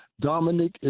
Dominic